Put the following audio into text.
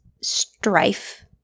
strife –